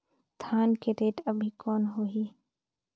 धान के रेट अभी कौन होही?